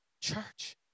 Church